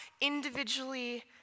individually